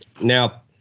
now